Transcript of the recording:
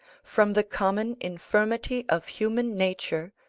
from the common infirmity of human nature,